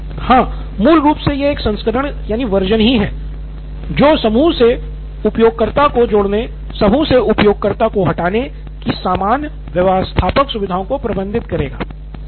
निथिन कुरियन हाँ मूल रूप से यह एक संस्करण ही है जो समूह से उपयोगकर्ताओं को जोड़ने समूह से उपयोगकर्ताओं को हटाने की सामान्य व्यवस्थापक सुविधाओं को प्रबंधित करेगा